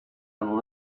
and